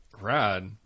Rad